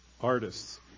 Artists